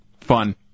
fun